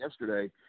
yesterday